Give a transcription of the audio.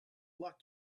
luck